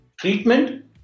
treatment